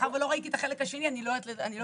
מאחר ולא ראיתי את החלק השני אני לא יודעת להגיד.